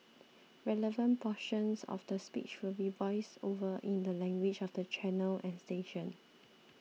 relevant portions of the speech will be voiced over in the language of the channel and station